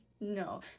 no